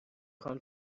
خوام